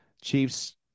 chiefs